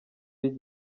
y’iki